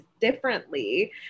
differently